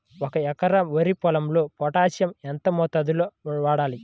ఒక ఎకరా వరి పొలంలో పోటాషియం ఎంత మోతాదులో వాడాలి?